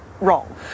wrong